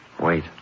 wait